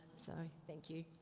so, thank you.